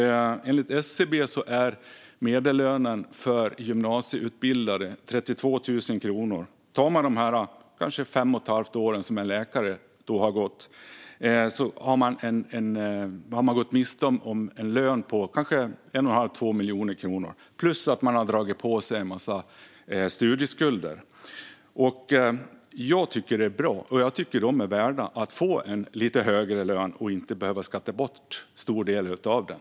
Enligt SCB är medellönen för gymnasieutbildade 32 000 kronor. Under de kanske fem och ett halvt år som en läkare har utbildat sig har personen gått miste om en lön på kanske 1 1⁄2-2 miljoner kronor och dessutom dragit på sig en massa studieskulder. Jag tycker att dessa personer är värda att få en lite högre lön och inte behöva skatta bort en stor del av den.